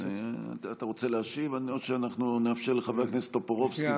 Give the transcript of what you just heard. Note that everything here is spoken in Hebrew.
אתה רוצה להשיב או שאנחנו נאפשר לחבר הכנסת טופורובסקי?